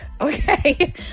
Okay